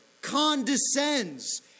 condescends